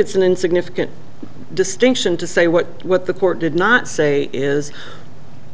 it's an insignificant distinction to say what what the court did not say is